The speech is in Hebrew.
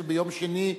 ביום שני,